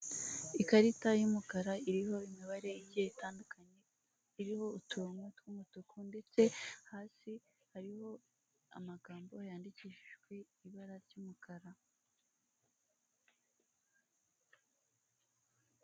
Ikarita y'umukara iriho imibare igiye itandukanye, iriho utuntu tw'umutuku ndetse hasi hariho amagambo yandikishijwe ibara ry'umukara.